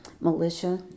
militia